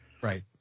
Right